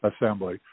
Assembly